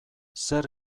zer